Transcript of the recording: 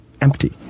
empty